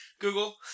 Google